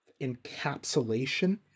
encapsulation